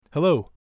Hello